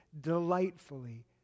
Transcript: delightfully